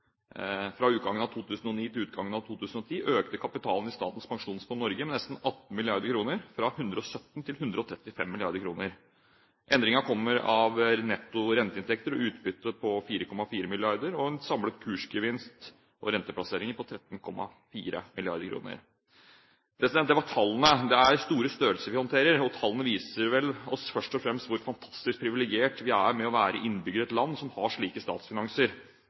Fra utgangen av 2009 til utgangen av 2010 økte kapitalen i Statens pensjonsfond Norge med nesten 18 mrd. kr, fra 117 mrd. til 135 mrd. kr. Endringen kommer av netto renteinntekter og utbytte på 4,4 mrd. kr og en samlet kursgevinst på aksje- og renteplasseringer på 13,4 mrd. kr. Det var tallene. Det er store størrelser vi håndterer, og tallene viser oss vel først og fremst hvor fantastisk privilegerte vi er ved å være innbyggere i et land som har slike statsfinanser.